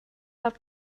have